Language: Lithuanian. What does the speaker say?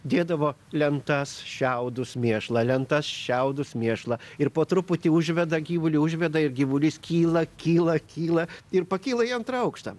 dėdavo lentas šiaudus mėšlą lentas šiaudus mėšlą ir po truputį užveda gyvulį užveda ir gyvulys kyla kyla kyla ir pakyla į antrą aukštą